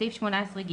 בסעיף 18ג,